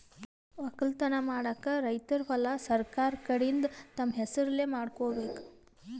ವಕ್ಕಲತನ್ ಮಾಡಕ್ಕ್ ರೈತರ್ ಹೊಲಾ ಸರಕಾರ್ ಕಡೀನ್ದ್ ತಮ್ಮ್ ಹೆಸರಲೇ ಮಾಡ್ಕೋಬೇಕ್